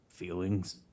Feelings